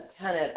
tenant